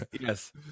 Yes